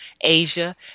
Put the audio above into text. Asia